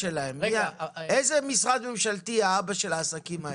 איזה משרד ממשלתי מטפל בזה?